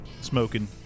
smoking